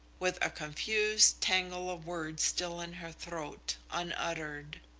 with a confused tangle of words still in her throat, unuttered.